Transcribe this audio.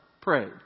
prayed